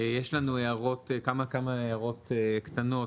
יש לנו כמה הערות קטנות,